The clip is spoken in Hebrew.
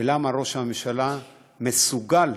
ולמה ראש הממשלה מסוגל,